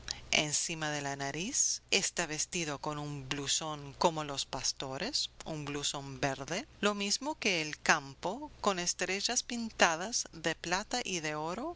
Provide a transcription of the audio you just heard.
encima de la nariz está vestido con un blusón como los pastores un blusón verde lo mismo que el campo con estrellas pintadas de plata y de oro